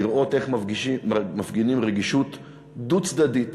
לראות איך מפגינים רגישות דו-צדדית,